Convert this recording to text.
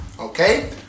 okay